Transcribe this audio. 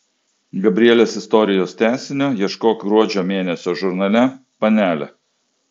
gabrielės istorijos tęsinio ieškok gruodžio mėnesio žurnale panelė